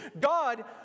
God